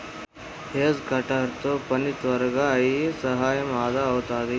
hedge cutter తో పని త్వరగా అయి సమయం అదా అవుతాది